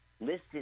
listed